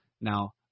Now